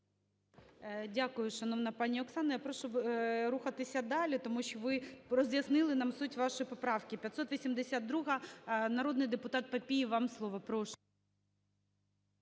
Дякую, шановна пані Оксано. Я прошу рухатися далі, тому що ви роз'яснили нам суть вашої поправки. 582-а. Народний депутатПапієв, вам слово, прошу.